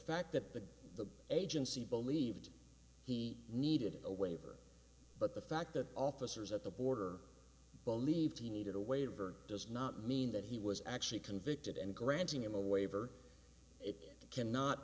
fact that the agency believed he needed a waiver but the fact that officers at the border believed he needed a waiver does not mean that he was actually convicted and granting him a waiver it cannot